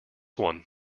one